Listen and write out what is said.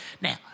Now